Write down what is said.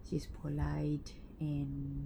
she's polite and